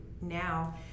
now